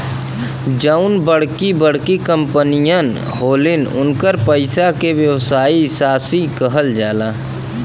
जउन बड़की बड़की कंपमीअन होलिन, उन्कर पइसा के व्यवसायी साशी कहल जाला